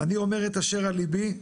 אני אומר את אשר על ליבי,